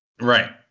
Right